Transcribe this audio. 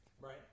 Right